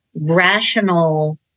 rational